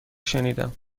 شنیدم